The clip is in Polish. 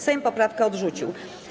Sejm poprawkę odrzucił.